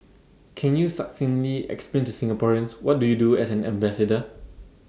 can you succinctly explain to Singaporeans what do you do as an ambassador